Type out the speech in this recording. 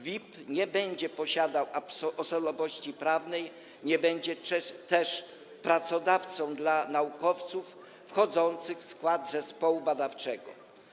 WIB nie będzie posiadał osobowości prawnej, nie będzie też pracodawcą dla naukowców wchodzących w skład zespołu badawczego.